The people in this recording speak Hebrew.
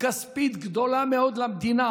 כספית גדולה מאוד למדינה.